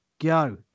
Go